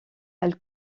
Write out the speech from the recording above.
elle